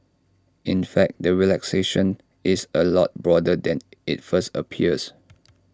in fact the relaxation is A lot broader than IT first appears